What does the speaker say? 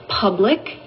public